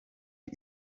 iri